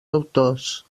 autors